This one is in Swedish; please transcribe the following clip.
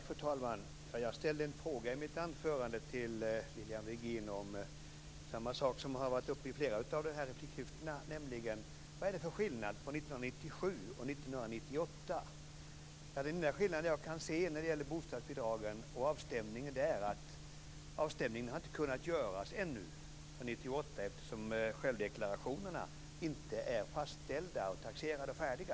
Fru talman! Jag ställde en fråga i mitt anförande till Lilian Virgin om samma sak som har tagits upp i flera av replikskiftena, nämligen vad det är för skillnad på 1997 och 1998. Den enda skillnad jag kan se i fråga om avstämningen av bostadsbidragen är att avstämningen inte har kunnat göras än för 1998 eftersom självdeklarationerna inte är fastställda, taxerade och färdiga.